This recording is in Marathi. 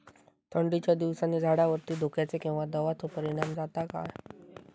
थंडीच्या दिवसानी झाडावरती धुक्याचे किंवा दवाचो परिणाम जाता काय?